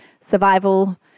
survival